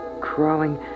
crawling